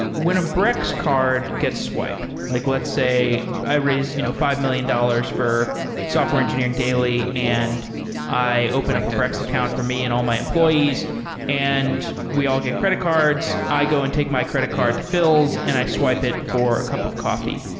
when a brex card gets swiped, like let's say i raised you know five million dollars for software engineering daily and i open up a brex account for me and all my employees and we all get credit cards. i go and take my credit card to phil's and i swipe it for a cup of coffee.